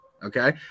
okay